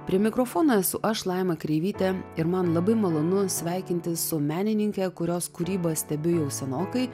prie mikrofono esu aš laima kreivytė ir man labai malonu sveikintis su menininke kurios kūrybą stebiu jau senokai